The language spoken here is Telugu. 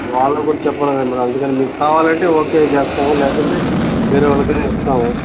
వాళ్ళకు కూడా చెప్పాలి కదండి మేడామ్ అందుకనే మీక్కావాలంటే ఓకే చేస్తాము లేకుంటే వేరే వాళ్ళకైనా ఇస్తాము